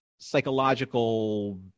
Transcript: psychological